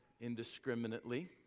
indiscriminately